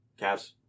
Cavs